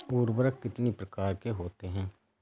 उर्वरक कितनी प्रकार के होता हैं?